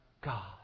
God